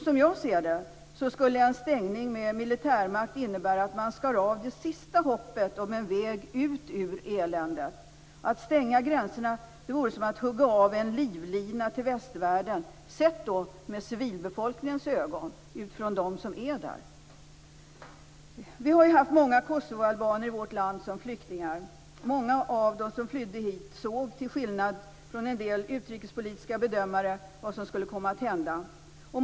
Som jag ser det, skulle en stängning med militärmakt innebära att man skar av det sista hoppet om en väg ut ur eländet. Att stänga gränserna vore som att hugga av en livlina till västvärlden, sett med civilbefolkningens ögon, dvs. de som är där. Vi har haft många kosovoalbaner som flyktingar i vårt land. Många av dem som flydde hit såg, till skillnad från en del utrikespolitiska bedömare, vad som skulle komma att hända.